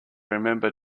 remember